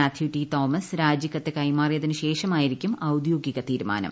മാത്യു ടി തോമസ് രാജിക്കത്ത് കൈമാറിയതിനുശേഷമായിരിക്കും ഔദ്യോഗിക തീരുമാനം